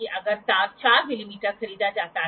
तो ये सतह प्लेट के संबंध में एंगल हैं